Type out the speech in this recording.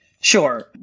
Sure